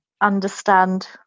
understand